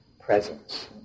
presence